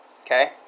Okay